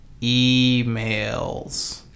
Emails